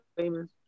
famous